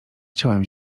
chciałem